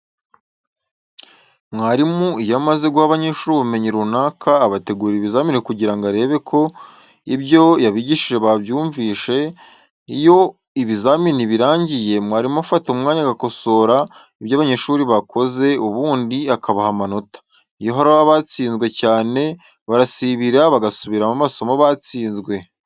Mwarimu iyo amaze guha abanyeshuri ubumenyi runaka, abategurira ibizamini kugira ngo arebe ko ibyo yabigishije babyumvishe, iyo ibizamini birangiye, mwarimu afata umwanya agakosora ibyo abanyeshuri bakoze ubundi akabaha amanota. Iyo hari abatsinzwe cyane barasibira bagasubiramo amasomo batsinzwe.